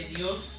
Dios